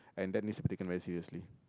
and that means taken very seriously